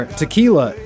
tequila